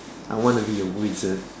I want to be a wizard